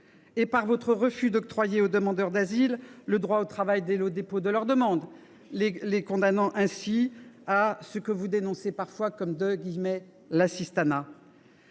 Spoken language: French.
et par votre refus d’octroyer aux demandeurs d’asile le droit au travail dès le dépôt de leur demande, les condamnant ainsi à ce que vous dénoncez parfois comme de « l’assistanat ».